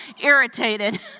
irritated